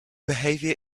behavior